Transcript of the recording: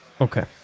Okay